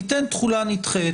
ניתן תחולה נדחית,